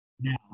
now